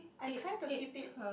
I try to keep it